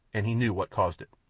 and he knew what caused it.